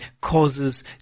causes